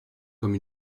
comme